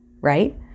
right